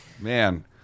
man